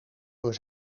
door